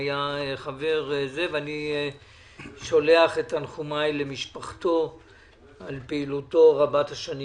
הוא היה חבר ואני שולח את תנחומיי למשפחתו על פעילותו רבת השנים